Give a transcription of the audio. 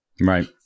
Right